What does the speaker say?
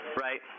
Right